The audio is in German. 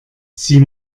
sie